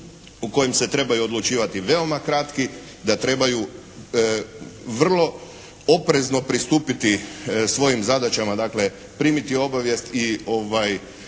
u kojim se trebaju odlučivati veoma kratki, da trebaju vrlo oprezno pristupiti svojim zadaćama dakle, primiti obavijest i